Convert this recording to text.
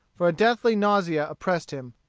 for a deathly nausea oppressed him.